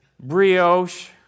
brioche